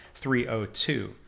302